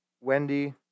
Wendy